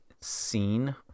scene